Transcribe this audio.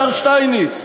השר שטייניץ,